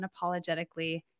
unapologetically